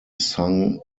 sung